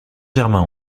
germain